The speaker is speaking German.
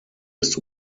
ist